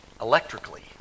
electrically